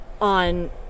on